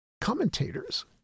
commentators